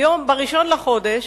ב-1 בחודש